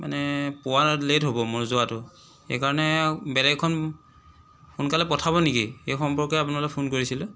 মানে পোৱাত লেট হ'ব মোৰ যোৱাটো সেইকাৰণে আৰু বেলেগ এখন সোনকালে পঠাব নেকি এই সম্পৰ্কে আপোনালৈ ফোন কৰিছিলোঁ